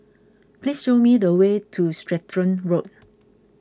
please show me the way to Stratton Road